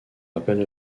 rappelle